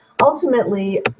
ultimately